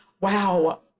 Wow